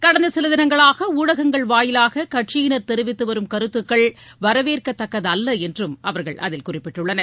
கடந்த சில தினங்களாக ஊடகங்கள் வாயிலாக கட்சியினர் தெரிவித்துவரும் கருத்துக்கள் வரவேற்கத்தக்கதல்ல என்றும் அவர்கள் அதில் குறிப்பிட்டுள்ளனர்